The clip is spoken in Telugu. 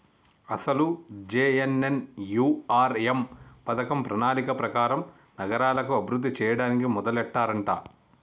అసలు జె.ఎన్.ఎన్.యు.ఆర్.ఎం పథకం ప్రణాళిక ప్రకారం నగరాలను అభివృద్ధి చేయడానికి మొదలెట్టారంట